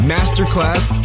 Masterclass